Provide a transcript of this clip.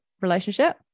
relationship